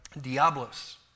diablos